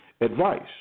advice